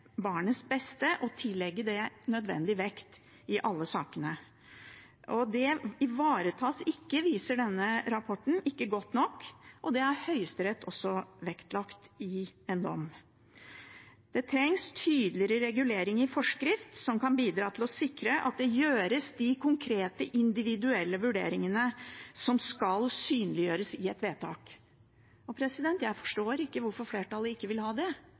barnets beste og tillegge det nødvendig vekt i alle sakene. Denne rapporten viser at det ikke ivaretas godt nok i disse sakene, og det har Høyesterett også vektlagt i en dom. Det trengs tydeligere regulering i forskrift som kan bidra til å sikre at de konkrete, individuelle vurderingene som skal synliggjøres i et vedtak, blir gjort. Jeg forstår ikke hvorfor flertallet ikke vil ha det: Hva er det som er farlig med å få det